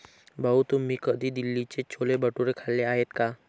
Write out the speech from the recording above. भाऊ, तुम्ही कधी दिल्लीचे छोले भटुरे खाल्ले आहेत का?